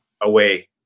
away